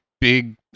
big